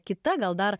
kita gal dar